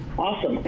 awesome.